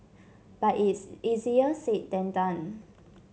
but it is easier said than done